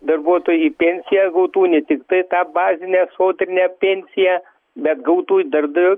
darbuotojai į pensiją gautų ne tiktai tą bazinę sodrinę pensiją bet gautų i darbdavio